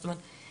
זאת אומרת,